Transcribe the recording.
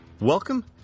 welcome